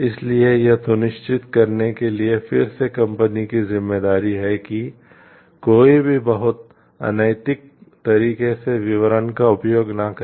इसलिए यह सुनिश्चित करने के लिए फिर से कंपनी की जिम्मेदारी है कि कोई भी बहुत अनैतिक तरीके से विवरण का उपयोग न करे